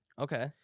Okay